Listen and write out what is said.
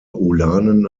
ulanen